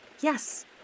Yes